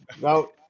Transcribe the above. No